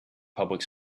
public